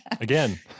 Again